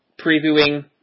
previewing